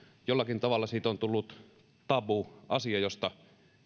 jollakin tavalla siitä on tullut tabu asia josta